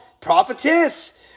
prophetess